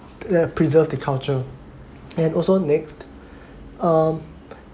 that preserved the culture and also next um